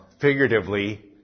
figuratively